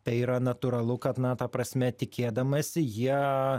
tai yra natūralu kad na ta prasme tikėdamasi jie